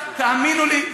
תאמינו לי,